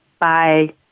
Bye